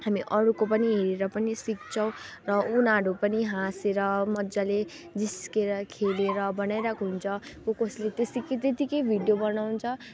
हामी अरूको पनि हेरेर पनि सिक्छौँ र उनीहरू पनि हाँसेर मजाले जिस्केर खेलेर बनाइरहेको हुन्छ कसकसले त्यतिकै त्यतिकै भिडियो बनाउँछ